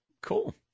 Cool